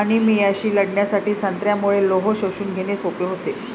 अनिमियाशी लढण्यासाठी संत्र्यामुळे लोह शोषून घेणे सोपे होते